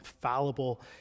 fallible